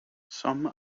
some